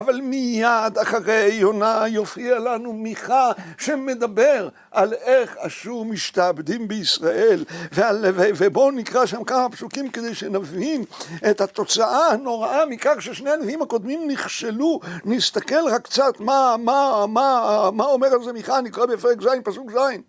אבל מיד אחרי יונה, יופיע לנו מיכה שמדבר על איך אשור משתעבדים בישראל, ובואו נקרא שם כמה פסוקים כדי שנבין את התוצאה הנוראה מכך ששני הנביאים הקודמים נכשלו. נסתכל רק קצת מה אומר על זה מיכה, נקרא בפרק ז' פסוק ז'